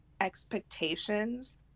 expectations